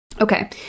Okay